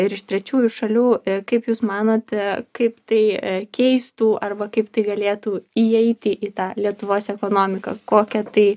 ir iš trečiųjų šalių kaip jūs manote kaip tai keistų arba kaip tai galėtų įeiti į tą lietuvos ekonomiką kokią tai